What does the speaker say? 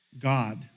God